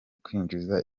kwinjiza